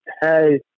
Hey